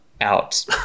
out